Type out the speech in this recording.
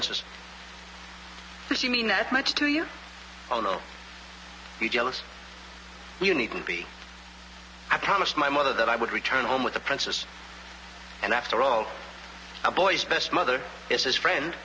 if you mean that much to you oh no you jealous you need to be i promised my mother that i would return home with the princess and after all a boy's best mother is his friend